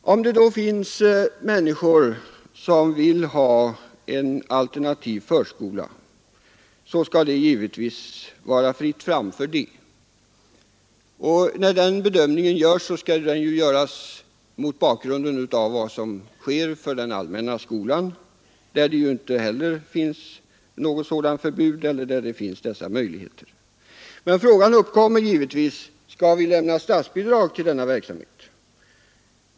Om det ändå finns människor som vill ha en alternativ förskola skall det givetvis vara fritt fram för dem. Men den fråga som uppkommer är givetvis: Skall vi lämna statsbidrag till denna verksamhet?